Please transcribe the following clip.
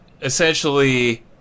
essentially